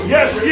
Yes